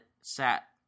sat